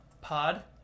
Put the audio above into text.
pod